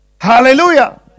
Hallelujah